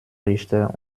richter